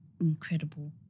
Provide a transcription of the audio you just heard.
Incredible